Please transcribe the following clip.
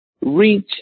Reach